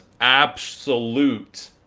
absolute